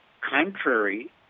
contrary